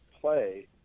play